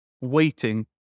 waiting